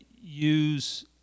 use